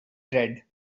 tread